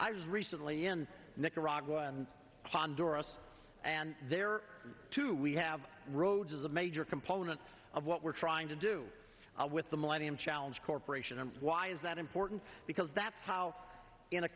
was recently in nicaragua and honduras and there too we have roads is a major component of what we're trying to do with the millennium challenge corporation and why is that important because that's how in a